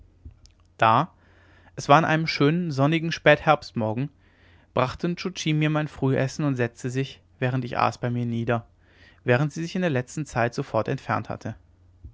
da es war an einem schönen sonnigen spätherbstmorgen brachte nscho tschi mir mein frühessen und setzte sich während ich aß bei mir nieder während sie sich in der letzten zeit sofort entfernt hatte